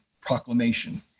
Proclamation